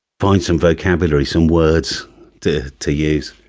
find some vocabulary, some words to to use.